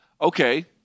Okay